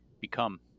become